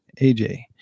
aj